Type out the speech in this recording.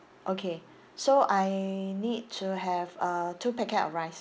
okay so I need to have uh two packet of rice